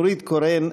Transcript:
נורית קורן,